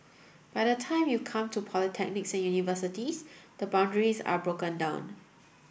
but by the time you come to polytechnics and universities the boundaries are broken down